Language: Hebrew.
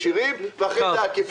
ואחרי זה ילכו